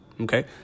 okay